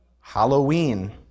Halloween